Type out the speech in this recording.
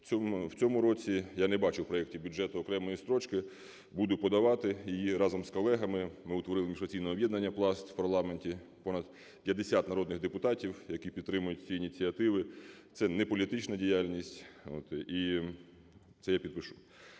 В цьому році я не бачу в проекті бюджету окремої строчки. Буду подавати її. Разом з колегами ми утворили міжфракційне об'єднання "Пласт" в парламенті. Понад 50 народних депутатів, які підтримують ці ініціативи. Це не політична діяльність. І це я підпишу.